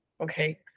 Okay